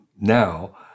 now